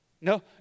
No